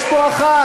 יש פה אחת,